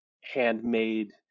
handmade